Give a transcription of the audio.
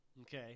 Okay